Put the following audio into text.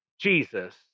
Jesus